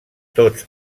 tots